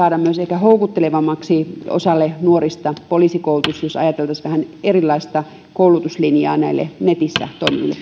myös ehkä houkuttelevammaksi osalle nuorista poliisikoulutus jos ajateltaisiin vähän erilaista koulutuslinjaa näille netissä